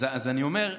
אז אני אומר,